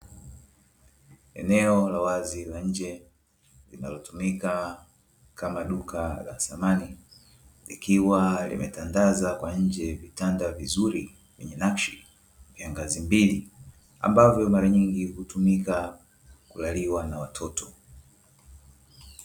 Eneo la wazi la nje linalotumika kama duka la samani, likiwa limetandaza kwa nje vitanda vizuri vyenye nakshi vya ngazi mbili, ambavyo mara nyingi hutumika kulaliwa na watoto.